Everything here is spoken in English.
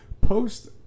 post